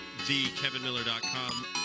thekevinmiller.com